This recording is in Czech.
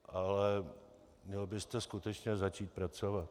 Ale měl byste skutečně začít pracovat.